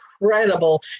incredible